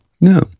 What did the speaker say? No